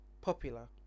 popular